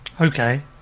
Okay